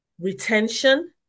retention